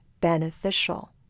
beneficial